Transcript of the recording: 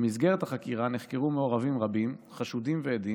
במסגרת החקירה נחקרו מעורבים רבים, חשודים ועדים,